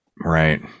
Right